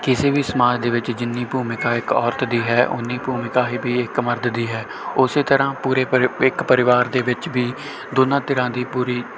ਕਿਸੇ ਵੀ ਸਮਾਜ ਦੇ ਵਿੱਚ ਜਿੰਨੀ ਭੂਮਿਕਾ ਇੱਕ ਔਰਤ ਦੀ ਹੈ ਓਨੀ ਭੂਮਿਕਾ ਹੀ ਵੀ ਇੱਕ ਮਰਦ ਦੀ ਹੈ ਉਸ ਤਰ੍ਹਾਂ ਪੂਰੇ ਪਰਿ ਇੱਕ ਪਰਿਵਾਰ ਦੇ ਵਿੱਚ ਵੀ ਦੋਨਾਂ ਧਿਰਾਂ ਦੀ ਪੂਰੀ